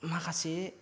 माखासे